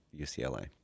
UCLA